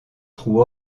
trou